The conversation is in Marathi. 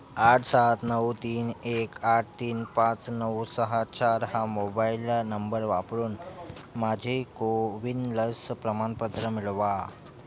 आठ सात नऊ तीन एक आठ तीन पाच नऊ सहा चार हा मोबाईल नंबर वापरून माझे कोविन लस प्रमाणपत्र मिळवा